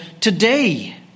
today